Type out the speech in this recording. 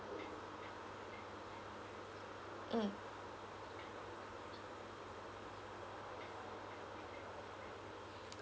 mm